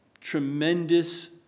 tremendous